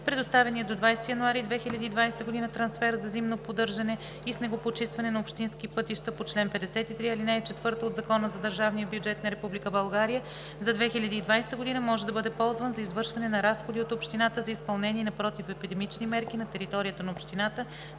Предоставеният до 20 януари 2020 г. трансфер за зимно поддържане и снегопочистване на общински пътища по чл. 53, ал. 4 от Закона за държавния бюджет на Република България за 2020 г. може да бъде ползван за извършване на разходи от общината за изпълнение на противоепидемични мерки на територията на общината